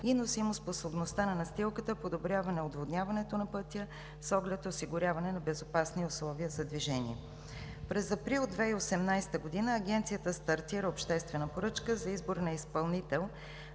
и носимоспособността на настилката, подобряване отводняването на пътя с оглед осигуряване на безопасни условия за движение. През април 2018 г. Агенцията стартира обществена поръчка за избор на изпълнител